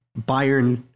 Bayern